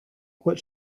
what